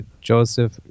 Joseph